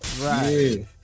Right